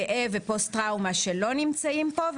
כאב ופוסט-טראומה שלא נמצאים פה.